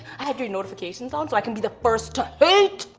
i have your notifications on so i can be the first to hate!